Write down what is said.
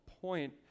point